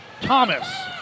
Thomas